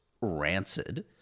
rancid